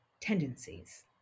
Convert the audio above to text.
tendencies